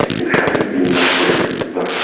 it hasn't been that great, thus